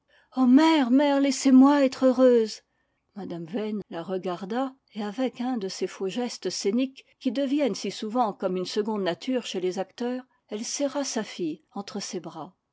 ah mère mère laissez-moi être heureuse mme vane la regarda et avec un de ces faux gestes scéniques qui deviennent si souvent comme une seconde nature chez les acteurs elle serra sa hile entre ses bras